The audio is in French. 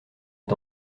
est